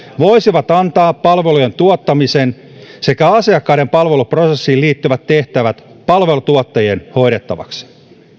voisivat antaa palvelujen tuottamisen sekä asiakkaiden palveluprosessiin liittyvät tehtävät palvelutuottajien hoidettavaksi